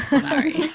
Sorry